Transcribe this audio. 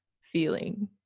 feeling